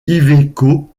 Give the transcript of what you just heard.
iveco